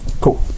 Cool